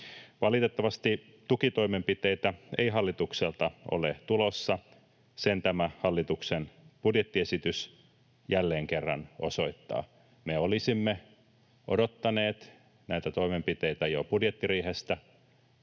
Valitettavasti tukitoimenpiteitä ei hallitukselta ole tulossa, sen tämä hallituksen budjettiesitys jälleen kerran osoittaa. Me olisimme odottaneet näitä toimenpiteitä jo budjettiriihestä,